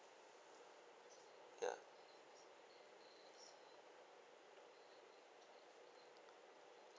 ya